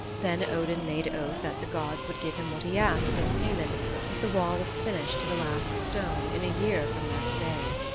then odin made oath that the gods would give him what he asked in payment if the wall was finished to the last stone in a year from that day.